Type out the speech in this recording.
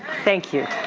thank you.